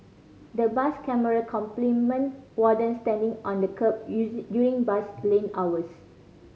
the bus camera complement wardens standing on the kerb during bus lane hours